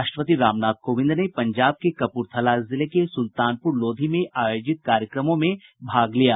राष्ट्रपति रामनाथ कोविंद ने पंजाब के कप्रथला जिले में सुल्तानपुर लोधी में आयोजित कार्यक्रमों में भाग लिया